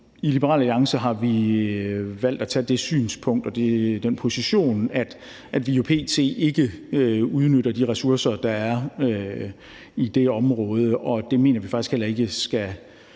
I Liberal Alliance har vi valgt at tage det synspunkt og den position, at vi jo p.t. ikke udnytter de ressourcer, der er i det område. Det mener vi faktisk heller ikke skal